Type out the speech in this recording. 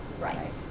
Right